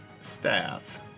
staff